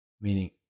meaning